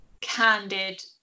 candid